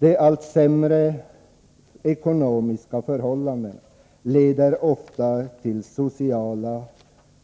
De allt sämre ekonomiska förhållandena leder ofta till sociala